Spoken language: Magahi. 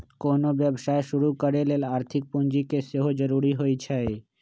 कोनो व्यवसाय शुरू करे लेल आर्थिक पूजी के सेहो जरूरी होइ छै